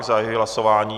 Zahajuji hlasování.